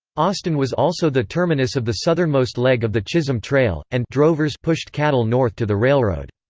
austin was also the terminus of the southernmost leg of the chisholm trail, and drovers pushed cattle north to the railroad.